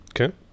Okay